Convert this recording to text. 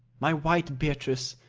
my white beatrice,